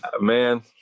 Man